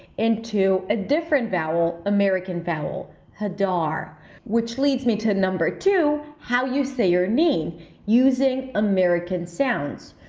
into a different vowel, american vowel hadar which leads me to number two, how you say your name using american sounds.